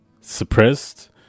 suppressed